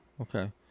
okay